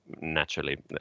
naturally